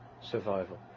survival